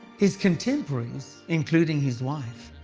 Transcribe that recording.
his contemporaries, including his wife,